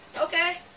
Okay